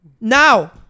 Now